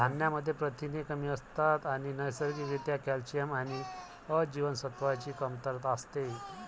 धान्यांमध्ये प्रथिने कमी असतात आणि नैसर्गिक रित्या कॅल्शियम आणि अ जीवनसत्वाची कमतरता असते